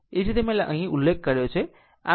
એ જ રીતે જે રીતે મેં ઉલ્લેખ કર્યો છે